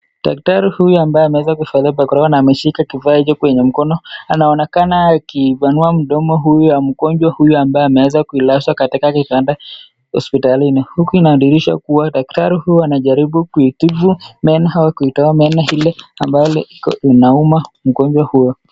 Daktari huyu ambaye amevalia barakoa na ameshika sindano kwenye mkono anaonekana akipanua mdomo wa mgonjwa huyu ambaye amelazwa katika kitanda hospitalini. Inadhihirisha kuwa daktari anajaribu kuitibu meno au kuitoa meno inayo uma mgonjwa huyo.